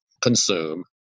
consume